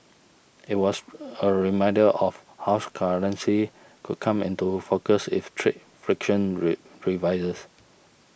it was a reminder of how currency could come into focus if trade friction re revises